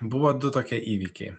buvo du tokie įvykiai